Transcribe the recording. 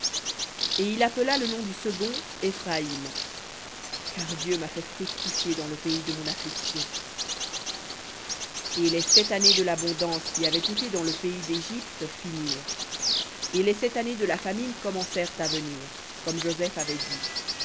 et il appela le nom du second éphraïm car dieu m'a fait fructifier dans le pays de mon affliction v et les sept années de l'abondance qui avait été dans le pays d'égypte finirent et les sept années de la famine commencèrent à venir comme joseph avait dit